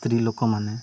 ସ୍ତ୍ରୀ ଲୋକମାନେ